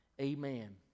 amen